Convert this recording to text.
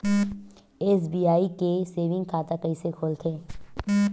SBI के saving खाता कइसे खोलथे?